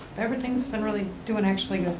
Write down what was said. everything's been really doing actually